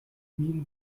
mille